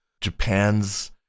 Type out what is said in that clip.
Japan's